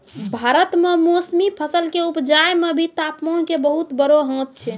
भारत मॅ मौसमी फसल कॅ उपजाय मॅ भी तामपान के बहुत बड़ो हाथ छै